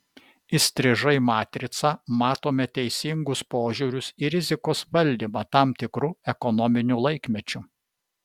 įstrižai matricą matome teisingus požiūrius į rizikos valdymą tam tikru ekonominiu laikmečiu